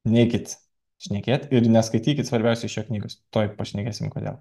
neikit šnekėt ir neskaitykit svarbiausia šios knygos tuoj pašnekėsim kodėl